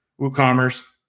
WooCommerce